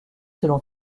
selon